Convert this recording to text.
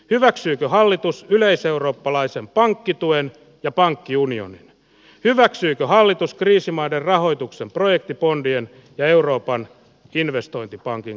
hyväksyykö hallitus yleiseurooppalaisen pankkituen ja pankkiunioni hyväksyykö hallitus kriisimaiden rahoituksen projektipondien ja euroopan investointipankin